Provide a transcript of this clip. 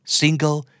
single